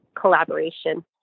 collaboration